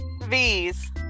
V's